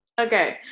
Okay